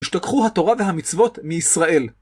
נשתכחו התורה והמצוות מישראל.